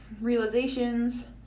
realizations